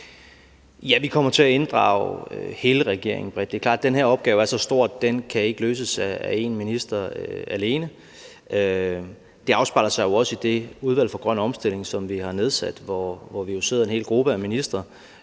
Ja, vi kommer til at inddrage hele regeringen bredt. Det er klart, at den her opgave er så stor, at den ikke kan løses af én minister alene. Det afspejler sig jo også i det udvalg for grøn omstilling, som vi har nedsat, hvor vi jo sidder en hel gruppe af ministre,